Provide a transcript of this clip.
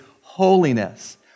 holiness